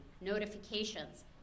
notifications